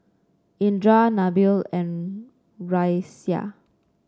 Indra Nabil and Raisya